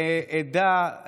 עדה.